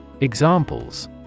Examples